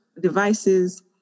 devices